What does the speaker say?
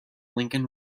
lincoln